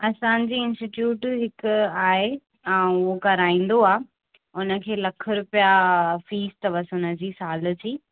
असांजी इंस्टीट्युट हिकु आहे ऐं उहो कराईंदो आहे उनखे लखु रुपिया फीस अथसि हुनजी साल जी उनजी